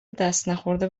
دستنخورده